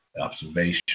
observation